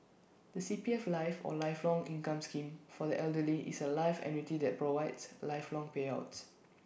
the C P F life or lifelong income scheme for the elderly is A life annuity that provides lifelong payouts